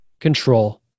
control